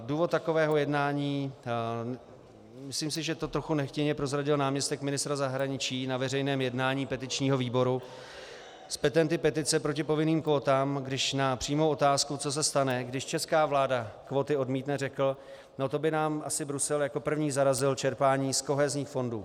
Důvod takového jednání, myslím si, že to trochu nechtěně prozradil náměstek ministra zahraničí na veřejném jednání petičního výboru s petenty petice proti povinným kvótám, když na přímou otázku, co se stane, když česká vláda kvóty odmítne, řekl: no to by nám asi Brusel jako první zarazil čerpání z kohezních fondů.